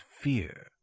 fear